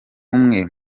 umwe